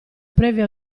previa